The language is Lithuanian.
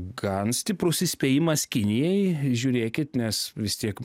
gan stiprus įspėjimas kinijai žiūrėkit nes vis tiek